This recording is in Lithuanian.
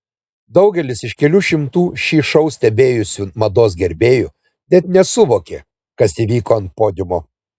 daugelis iš kelių šimtų šį šou stebėjusių mados gerbėjų net nesuvokė kas įvyko ant podiumo